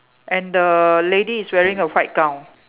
and the lady is wearing a white gown